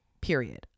Period